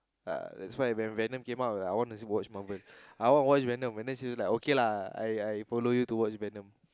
uh that's why when Venom came out I wanna watch venom I wanna watch Venom say okay lah I I follow you to watch Venom